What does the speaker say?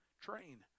train